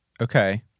Okay